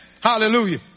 Hallelujah